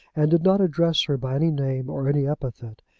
and did not address her by any name or any epithet.